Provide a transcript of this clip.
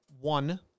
one